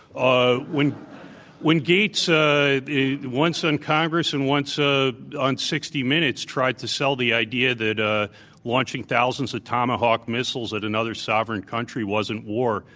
ah when when gates, ah once in congress and once ah on sixty minutes, tried to sell the idea that ah launching thousands of tomahawk missiles at another sovereign country wasn't war,